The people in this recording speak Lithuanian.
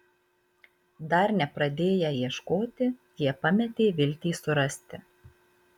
dar nepradėję ieškoti jie pametė viltį surasti